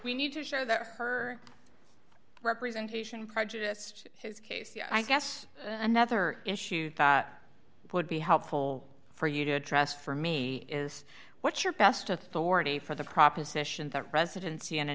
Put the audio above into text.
we need to show that her representation prejudiced his case i guess another issue it would be helpful for you to address for me is what's your best authority for the proposition that residency in a